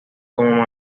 como